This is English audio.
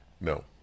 No